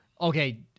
Okay